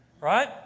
Right